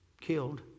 killed